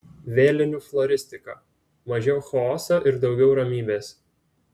vėlinių floristika mažiau chaoso ir daugiau ramybės